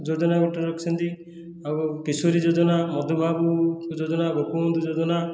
ଯୋଜନା ଗୋଟିଏ ରଖିଛନ୍ତି ଆଉ କିଶୋରୀ ଯୋଜନା ମଧୁବାବୁ ଯୋଜନା ଗୋପବନ୍ଧୁ ଯୋଜନା